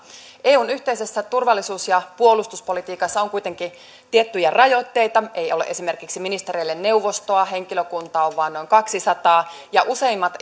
eun yhteisessä turvallisuus ja puolustuspolitiikassa on kuitenkin tiettyjä rajoitteita ei ole esimerkiksi ministereille neuvostoa henkilökuntaa on vain noin kaksisataa ja useimmat